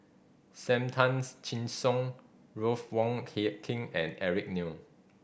Sam Tan's Chin Siong Ruth Wong Hie King and Eric Neo